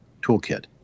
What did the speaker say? toolkit